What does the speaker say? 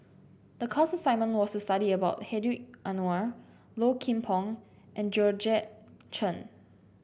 the class assignment was to study about Hedwig Anuar Low Kim Pong and Georgette Chen